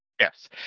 Yes